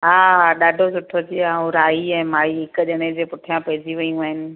हा हा ॾाढो सुठो थी वियो आहे ऐं राही ऐं माही हिक ॼणे जे पुठियां पइजी वियूं आहिनि